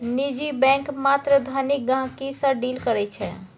निजी बैंक मात्र धनिक गहिंकी सँ डील करै छै